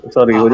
Sorry